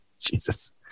Jesus